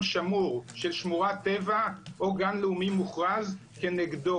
שמור של שמורת טבע או גן לאומי מוכרז כנגדו,